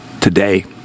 today